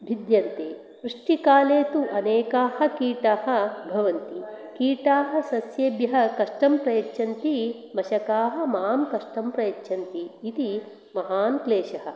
भिद्यन्ते वृष्टिकाले तु अनेकाः कीटाः भवन्ति किटाः सस्येभ्यः कष्टं प्रयच्छन्ति मषकाः मां कष्टं प्रयच्छन्ति इति महान् क्लेशः